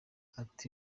ati